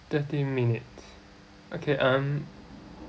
thirty minutes okay um